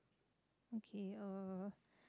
okay uh